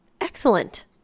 excellent